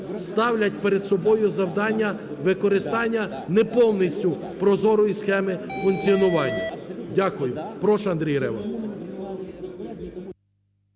ставлять перед собою завдання використання неповністю прозорої схеми функціонування. Дякую. Прошу, Андрій Рева.